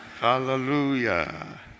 Hallelujah